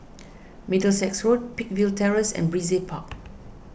Middlesex Road Peakville Terrace and Brizay Park